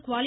குவாலி